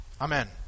Amen